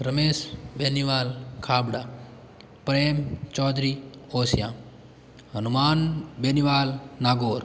Ramesh Beniwal Khabra Prem Chaudhary Osian Hanuman Beniwal Nagaur